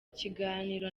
kiganiro